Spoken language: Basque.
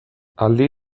aldi